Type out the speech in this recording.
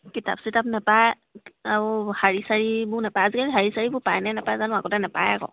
কিতাপ চিতাপ নাপায় আৰু শাৰী চাৰীবোৰ নাপায় আজিকালি শাৰী চাৰীবোৰ পায়নে নাপাই জানো আগতে নাপায় আকৌ